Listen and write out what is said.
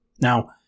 Now